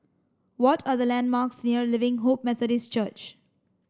what are the landmarks near Living Hope Methodist Church